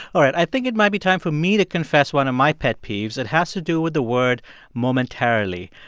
all right, i think it might be time for me to confess one of my pet peeves. it has to do with the word momentarily.